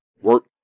work